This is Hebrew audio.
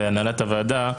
והנהלת הוועדה,